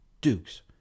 Dukes